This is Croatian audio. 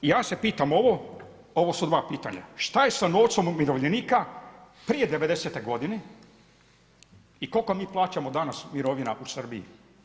I ja se pitam ovo, ovo su dva pitanja, šta je sa novcem umirovljenika prije '90.-te godine i koliko mi plaćamo danas mirovina u Srbiji.